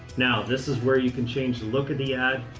now, this is where you can change the look of the ad.